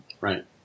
Right